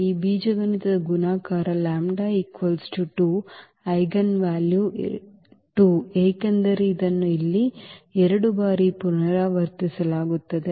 ಈ ಬೀಜಗಣಿತದ ಗುಣಾಕಾರ λ 2 ಈ ಐಜೆನ್ ವ್ಯಾಲ್ಯೂ 2 ಏಕೆಂದರೆ ಇದನ್ನು ಇಲ್ಲಿ 2 ಬಾರಿ ಪುನರಾವರ್ತಿಸಲಾಗುತ್ತದೆ